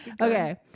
Okay